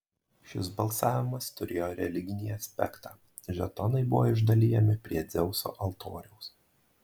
šis balsavimas turėjo religinį aspektą žetonai buvo išdalijami prie dzeuso altoriaus